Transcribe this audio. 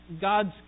God's